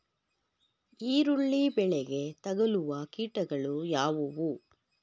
ಈರುಳ್ಳಿ ಬೆಳೆಗೆ ತಗಲುವ ಕೀಟಗಳು ಯಾವುವು?